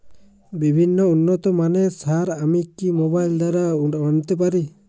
বিভিন্ন উন্নতমানের সার আমি কি মোবাইল দ্বারা আনাতে পারি?